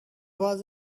was